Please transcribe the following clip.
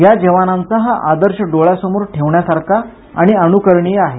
या जवानांचा हा आदर्श डोळ्यासमोर ठेवण्यासारखा आणि अनुकरणीय आहे